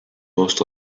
most